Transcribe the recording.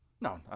No